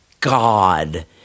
God